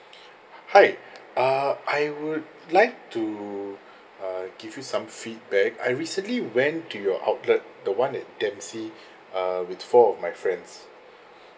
hi uh I would like to uh give you some feedback I recently went to your outlet the one at dempsey uh with four of my friends